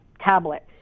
tablet